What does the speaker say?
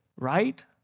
right